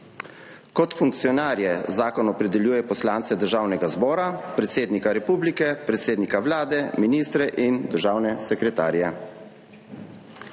Kot funkcionarje zakon opredeljuje poslance Državnega zbora, predsednika republike, predsednika Vlade, ministre in državne sekretarje.